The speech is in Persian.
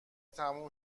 تموم